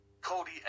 Cody